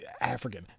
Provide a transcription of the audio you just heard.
African